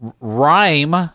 rhyme